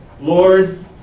Lord